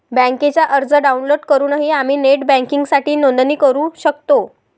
बँकेचा अर्ज डाउनलोड करूनही आम्ही नेट बँकिंगसाठी नोंदणी करू शकतो